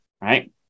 right